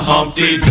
Humpty